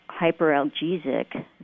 hyperalgesic